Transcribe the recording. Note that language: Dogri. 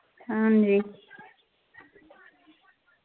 हां जी